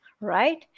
right